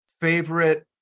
favorite